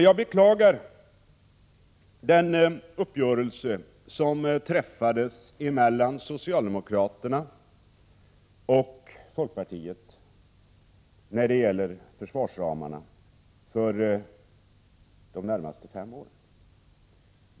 Jag beklagar den uppgörelse som träffades mellan socialdemokraterna och folkpartiet när det gäller försvarsramarna för de närmaste fem åren.